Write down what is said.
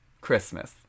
Christmas